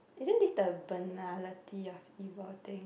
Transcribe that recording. isn't is the banality of evil thing